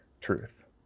truth